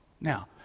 now